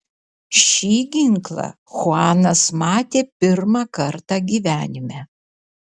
šį ginklą chuanas matė pirmą kartą gyvenime